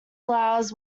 allows